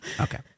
Okay